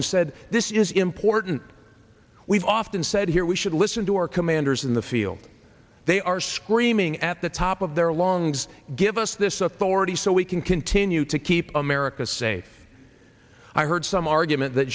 and said this is important we've often said here we should listen to our commanders in the field they are screaming at the top of their lungs give us this authority so we can continue to keep america safe i heard some argument that